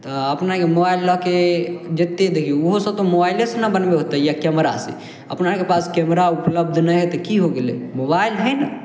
तऽ अपनाके मोबाइल लअके जते देखियौ उहो सब तऽ मोबाइलेसँ ने बनबय होतय या कैमरासँ अपनाके पास कैमरा आर उपलब्ध नहि हइ तऽ की हो गेलय मोबाइल हइ ने